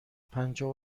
پنجاه